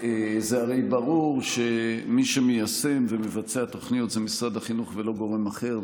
זה הרי ברור שמי שמיישם ומבצע תוכניות זה משרד החינוך ולא גורם אחר.